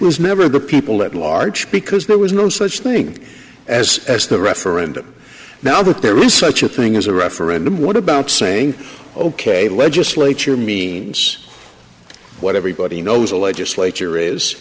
was never the people at large because there was no such thing as as the referendum now that there is such a thing as a referendum what about saying ok legislature means what everybody knows the legislature is